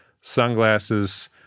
sunglasses